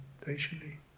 Patiently